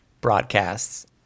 broadcasts